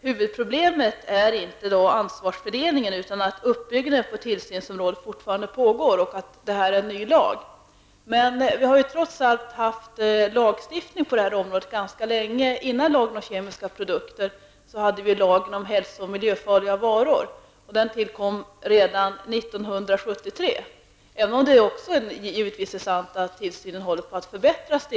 huvudproblemet inte är ansvarsfördelningen, utan att uppbyggnaden på tillsynsområdet fortfarande pågår och att detta är en ny lag. Men vi har ju trots allt haft en lagstiftning på det här området ganska länge. Före lagen om kemiska produkter hade vi lagen om hälso och miljöfarliga varor, som tillkom redan 1973. Men givetvis är det också sant att tillsynen stegvis håller på att förbättras.